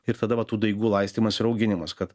ir tada tų daigų laistymas ir auginimas kad